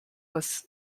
was